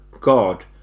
God